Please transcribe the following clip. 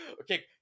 okay